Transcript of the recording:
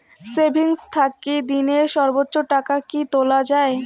Savings থাকি দিনে সর্বোচ্চ টাকা কি তুলা য়ায়?